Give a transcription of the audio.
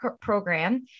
program